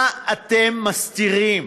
מה אתם מסתירים?